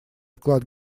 вклад